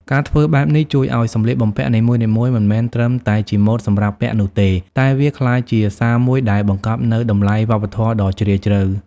ការធ្វើបែបនេះជួយឲ្យសម្លៀកបំពាក់នីមួយៗមិនមែនត្រឹមតែជាម៉ូដសម្រាប់ពាក់នោះទេ តែវាក្លាយជាសារមួយដែលបង្កប់នូវតម្លៃវប្បធម៌ដ៏ជ្រាលជ្រៅ។